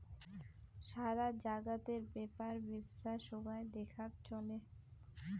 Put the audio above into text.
সারা জাগাতের ব্যাপার বেপছা সোগায় দেখাত চলে